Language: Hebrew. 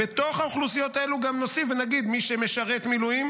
בתוך האוכלוסיות האלו גם נוסיף ונגיד: מי שמשרת מילואים